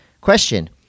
question